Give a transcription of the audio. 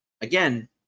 again